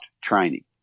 training